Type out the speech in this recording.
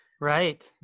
Right